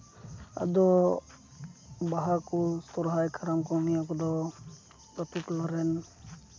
ᱟᱫᱚ ᱵᱟᱦᱟ ᱠᱚ ᱥᱚᱨᱦᱟᱭ ᱠᱟᱨᱟᱢ ᱠᱚ ᱱᱤᱭᱟᱹ ᱠᱚᱫᱚ ᱵᱟᱹᱠᱤ ᱴᱚᱞᱟᱨᱮᱱ